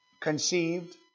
Conceived